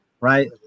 right